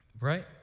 Right